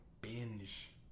Binge